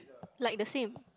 like the same